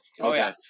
Okay